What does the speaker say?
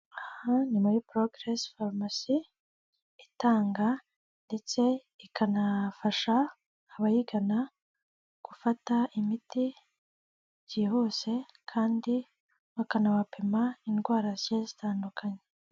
Aha ni muri procras farumasi itanga ndetse ikanafasha abayigana gufata imiti byihuse kandi bakanabapima indwara zi zitandukanye.